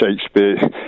Shakespeare